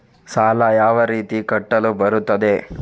ಸಾಲ ಯಾವ ರೀತಿ ಕಟ್ಟಲು ಬರುತ್ತದೆ?